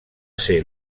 ser